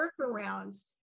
workarounds